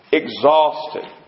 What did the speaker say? exhausted